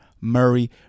Murray